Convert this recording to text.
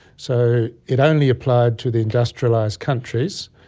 so it only applied to the industrialised countries.